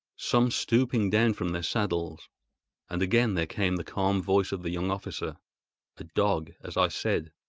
some stooping down from their saddles and again there came the calm voice of the young officer a dog, as i said.